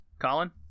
Colin